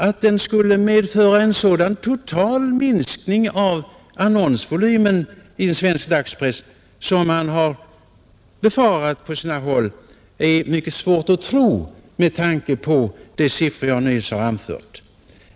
Att skatten skulle medföra en sådan total minskning av annonsvolymen i svensk dagspress som befarats på sina håll har jag mycket svårt att tro med tanke på de siffror jag nyss anfört.